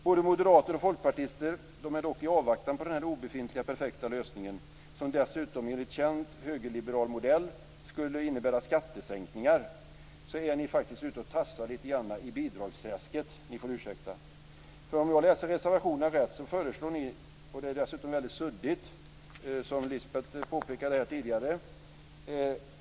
Både moderater och folkpartister är dock i avvaktan på den obefintliga perfekta lösningen - som dessutom enligt känd högerliberal modell skulle innebära skattesänkningar - faktiskt ute och tassar lite grann i bidragsträsket. Ni får ursäkta. Förslaget i reservationen är väldigt suddigt, som Lisbeth påpekade här tidigare.